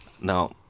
Now